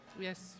Yes